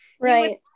right